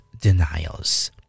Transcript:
denials